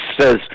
says